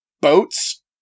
Boats